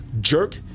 jerk